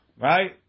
Right